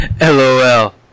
LOL